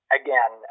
again